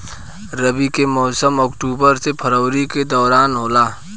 रबी के मौसम अक्टूबर से फरवरी के दौरान होला